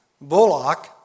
bullock